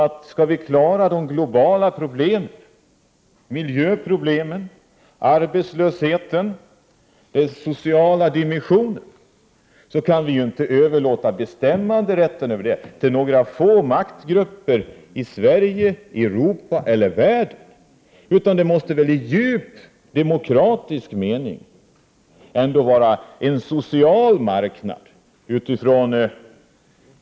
Om vi skall klara de globala problemen, dvs. miljöproblemen, arbetslösheten och den sociala dimensionen, kan vi inte överlåta bestämmanderätten över det till några få maktgrupper i Sverige, i Europa eller i världen, utan det måste väl i djup demokratisk mening vara en social marknad.